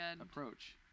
approach